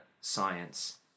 science